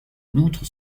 loutre